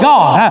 God